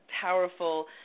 powerful